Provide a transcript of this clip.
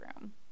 room